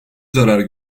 zarar